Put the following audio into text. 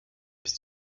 bist